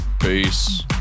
Peace